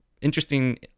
interesting